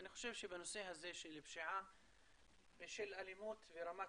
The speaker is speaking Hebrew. אני חושב שבנושא הזה של פשיעה ושל אלימות ברמת